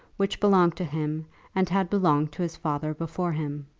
which belonged to him and had belonged to his father before him.